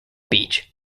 beach